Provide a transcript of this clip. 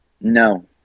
No